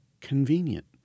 convenient